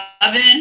oven